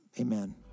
amen